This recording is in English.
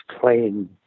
playing